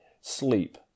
Sleep